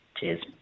Cheers